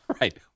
right